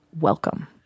Welcome